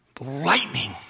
lightning